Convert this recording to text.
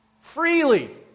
Freely